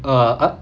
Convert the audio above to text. (uh huh)